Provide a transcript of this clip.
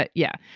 ah yeah.